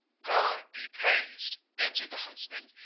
god be praised, answered the huntsman,